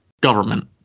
government